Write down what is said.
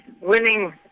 winning